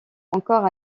encore